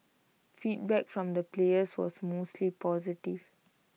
feedback from the players was mostly positive